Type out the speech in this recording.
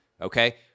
okay